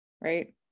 right